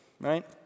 right